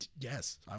Yes